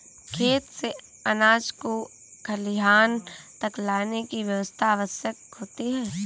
खेत से अनाज को खलिहान तक लाने की व्यवस्था आवश्यक होती है